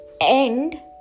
end